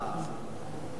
שהשר יהיה ולכן,